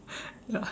ya